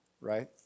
Right